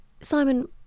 Simon